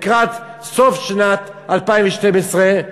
לקראת סוף שנת 2012,